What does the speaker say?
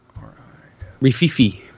R-I-F-I-F-I